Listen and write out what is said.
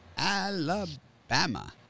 Alabama